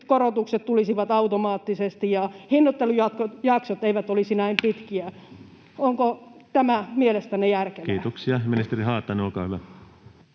indeksikorotukset tulisivat automaattisesti ja hinnoittelujaksot eivät olisi näin pitkiä? Onko tämä mielestänne järkevää? Kiitoksia. — Ja ministeri Haatainen, olkaa hyvä.